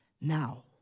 now